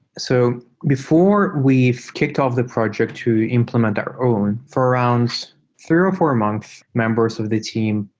so before we've kicked off the project to implement our own. for around three or four months, members of the team,